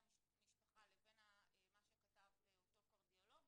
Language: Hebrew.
המשפחה לבין מה שכתב אותו קרדיולוג,